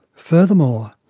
furthermore,